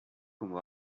como